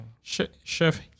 Chef